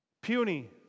Puny